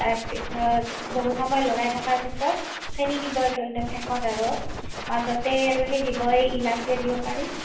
তাৰপিছত বহুত সময় লৰাই থকাৰ পিছত চেনী দিব একদম শেষত আৰু মাজতে আৰু সেই দিব এই ইলাচীও দিব পাৰি